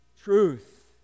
truth